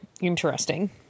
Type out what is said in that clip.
interesting